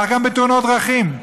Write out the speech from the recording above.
ככה גם בתאונות דרכים.